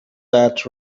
that